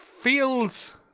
feels